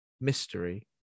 mystery